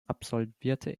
absolvierte